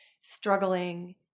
struggling